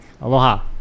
aloha